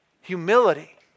Humility